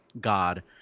God